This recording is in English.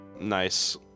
Nice